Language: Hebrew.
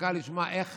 השתוקקה לשמוע איך